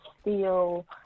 steel